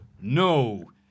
no